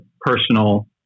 personal